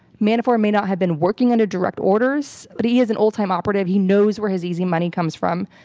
manafort may not have been working under direct orders, but he is an old time operative. he knows where his easy money comes from.